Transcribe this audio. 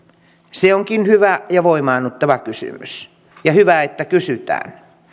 se onkin hyvä ja voimaannuttava kysymys ja hyvä että kysytään